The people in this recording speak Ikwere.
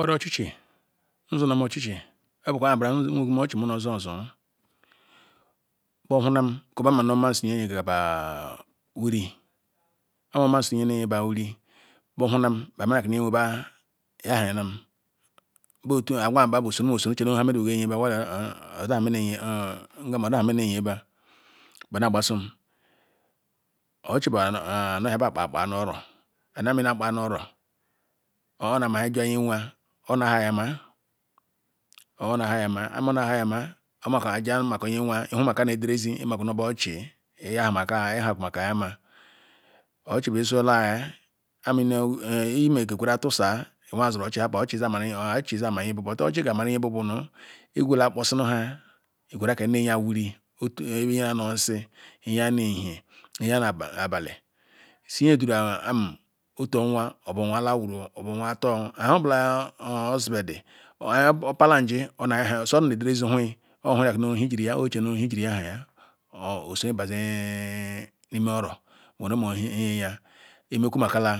Oro-ochichi nzulam ochichi nbuka nabara nwere m ochichi me na zu ozu nbohulam nmasi nye-yegarra bah wuri oh mali nye-nyegaba wuri nbo hulam nhiahalam beh otu osun neche owere nme se nyeba oda nmeje nyeba ochichi bu anoh wa-akpa-kpa nu oro and arm ena akpa nu oro ora mshis jina nye nwah ayi amah onayama arm onayama omakor ri wa bu nye nweh ihumaka ni edere ezi bu ochi ochichi tu izola ehh arm ineh gweru-a tusa ochi chi zo mara iji ibu ozamaru nye ji bu buna ineh nya ni osisi- nye ne- ehi hie nye nu abali isi nyeduru- arm otu owah or obu owah owuru or owah ator nhe-obula orspendi mayah npala nji ordi nu ederezi nwi ozeh eche nu owere nhe ojiri yahaya ose bazi lmoro lmeku maka la